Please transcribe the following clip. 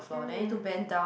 mm